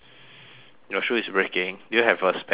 your shoe is breaking do you have a spare shoe